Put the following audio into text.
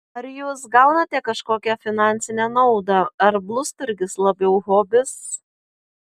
ar jūs gaunate kažkokią finansinę naudą ar blusturgis labiau hobis